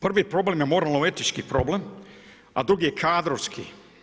Prvi problem je moralno etički problem, a drugi je kadrovski.